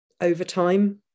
overtime